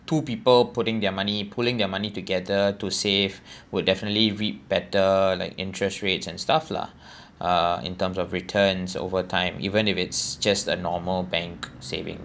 two people putting their money pulling their money together to save will definitely reap better like interest rates and stuff lah uh in terms of returns over time even if it's just a normal bank savings